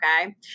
okay